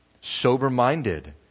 Sober-minded